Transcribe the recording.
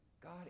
God